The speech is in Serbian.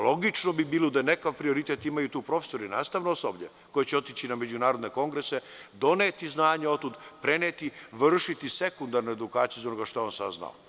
Logično bi bilo da neki prioritet imaju profesori, nastavno osoblje, koji će otići na međunarodne kongrese, doneti znanje otud, preneti, vršiti sekundarnu edukaciju onoga što je saznao.